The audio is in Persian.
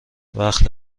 وقت